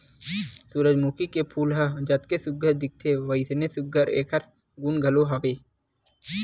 सूरजमूखी के फूल ह जतके सुग्घर दिखथे वइसने सुघ्घर एखर गुन घलो हे